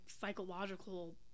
psychological